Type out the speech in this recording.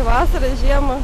vasarą žiemą